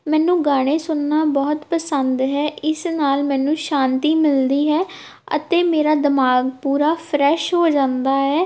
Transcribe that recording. ਮੈਨੂੰ ਗਾਣੇ ਸੁਣਨਾ ਬਹੁਤ ਪਸੰਦ ਹੈ ਇਸ ਨਾਲ ਮੈਨੂੰ ਸ਼ਾਂਤੀ ਮਿਲਦੀ ਹੈ ਅਤੇ ਮੇਰਾ ਦਿਮਾਗ ਪੂਰਾ ਫਰੈਸ਼ ਹੋ ਜਾਂਦਾ ਹੈ